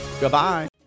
Goodbye